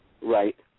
right